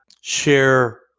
share